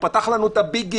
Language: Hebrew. הוא פתח לנו את הביגים,